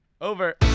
Over